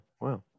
wow